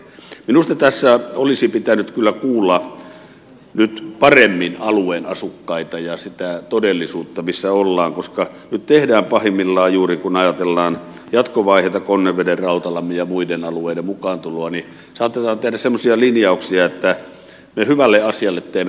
minusta tässä olisi pitänyt kyllä kuulla nyt paremmin alueen asukkaita ja sitä todellisuutta missä ollaan koska nyt saatetaan tehdä pahimmillaan juuri kun ajatellaan jatkovaiheita konneveden rautalammin ja muiden alueiden mukaantuloa semmoisia linjauksia että me hyvälle asialle teemme karhunpalveluksen